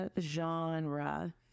genre